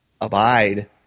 abide